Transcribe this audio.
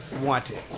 wanted